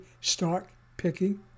stock-picking